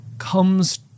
comes